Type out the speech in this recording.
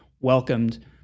welcomed